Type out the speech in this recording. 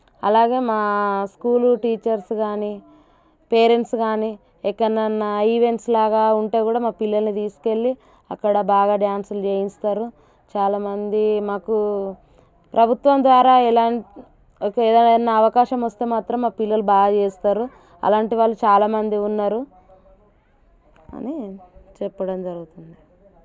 అలాగా మా school teachers గానీ పేరెంట్స్ గానీ ఎక్కనన్నా ఈవెంట్స్ లాగా ఉంటే కూడా మా పిల్లల్ని తీసుకెళ్ళి అక్కడ బాగా డ్యాన్స్లు చేయిస్తారు చాలామంది మాకు ప్రభుత్వం ద్వారా ఎలాం ఒక ఏదైనా అవకాశం వస్తే మాత్రం మా పిల్లలు బాగాచేస్తారు అలాంటివాళ్ళు చాలామంది ఉన్నారు అని చెప్పడం జరుగుతుంది